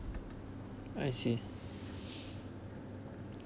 I see